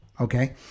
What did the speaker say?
okay